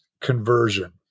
conversion